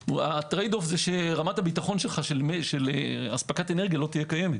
הטרייד אוף הוא שרמת הביטחון שלך של אספקת אנרגיה לא תהיה קיימת.